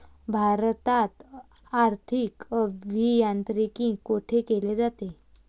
भारतात आर्थिक अभियांत्रिकी कोठे केले जाते?